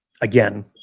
again